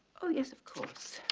oh yes of course.